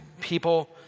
people